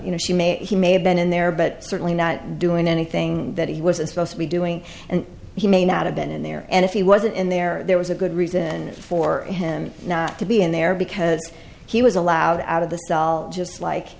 you know she may he may have been in there but certainly not doing anything that he wasn't supposed to be doing and he may not have been in there and if he wasn't in there there was a good reason for him not to be in there because he was allowed out of the cell just like